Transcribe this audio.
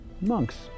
monks